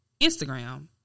Instagram